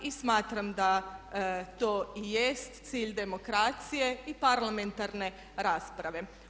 I smatram da to i jest cilj demokracije i parlamentarne rasprave.